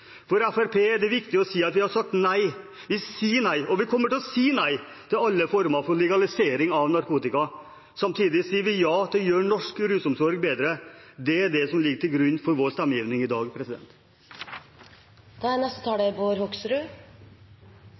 For Fremskrittspartiet er det viktig å si at vi har sagt nei – vi sier nei, og vi kommer til å si nei – til alle former for legalisering av narkotika. Samtidig sier vi ja til å gjøre norsk rusomsorg bedre. Det er det som ligger til grunn for vår stemmegivning i dag. Det har vært en god og klargjørende debatt. Etter hva jeg skjønner, er